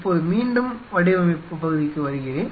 இப்போது மீண்டும் வடிவமைப்பு பகுதிக்கு வருகிறேன்